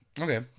Okay